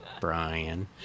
Brian